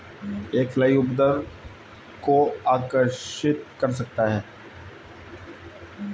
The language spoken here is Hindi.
एक फ्लाई उपद्रव को आकर्षित कर सकता है?